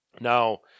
Now